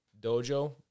dojo